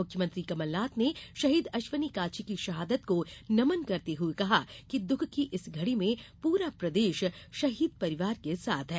मुख्यमंत्री कमलनाथ ने शहीद अश्विनी काछी की शहादत को नमन करते हये कहा कि द्ख की इस घड़ी में पूरा प्रदेश शहीद परिवार के साथ है